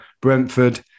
Brentford